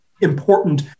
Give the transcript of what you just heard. important